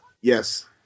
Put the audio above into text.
Yes